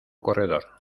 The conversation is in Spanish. corredor